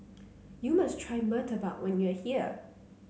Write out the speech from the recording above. you must try murtabak when you are here